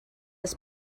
els